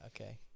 okay